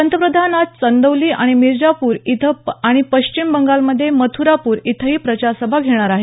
पंतप्रधान आज चंदौली आणि मिरजापूर इथं आणि पश्चिम बंगालमधे मथ्रापूर इथंही प्रचारसभा घेणार आहेत